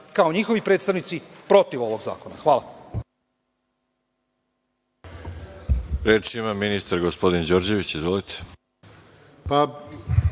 kao njihovi predstavnici protiv ovog zakona. Hvala.